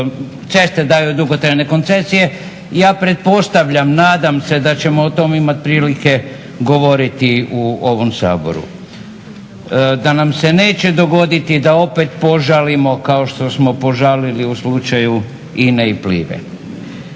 ceste daju u dugotrajne koncesije, ja pretpostavljam, nadam se da ćemo o tome imati prilike govoriti u ovom Saboru. Da nam se neće dogoditi da opet požalimo kao što smo požalili u slučaju INA-e i Pliva-e.